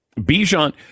Bijan